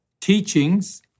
teachings